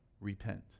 Repent